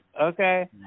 okay